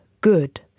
good